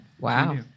Wow